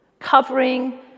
covering